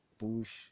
push